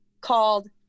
called